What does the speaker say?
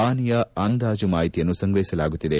ಹಾನಿಯ ಅಂದಾಜು ಮಾಹಿತಿಯನ್ನು ಸಂಗ್ರಹಿಸಲಾಗುತ್ತಿದೆ